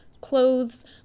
clothes